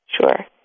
Sure